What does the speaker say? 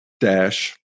Dash